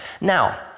Now